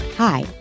Hi